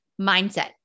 Mindset